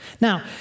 Now